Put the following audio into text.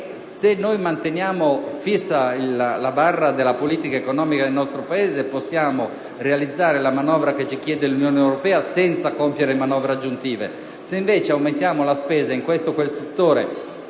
Se manteniamo fissa la barra della politica economica del nostro Paese, possiamo realizzare la manovra che ci chiede l'Unione europea senza compiere manovre aggiuntive. Se invece aumentiamo la spesa in questo o quel settore,